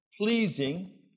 pleasing